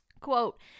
Quote